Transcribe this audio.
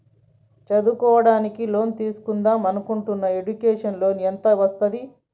చదువుకోవడానికి లోన్ తీస్కుందాం అనుకుంటున్నా ఎడ్యుకేషన్ లోన్ ఎంత వస్తది?